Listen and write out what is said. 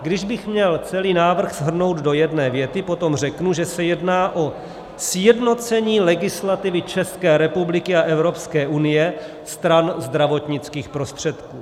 Kdybych měl celý návrh shrnout do jedné věty, potom řeknu, že se jedná o sjednocení legislativy České republiky a Evropské unie stran zdravotnických prostředků.